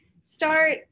start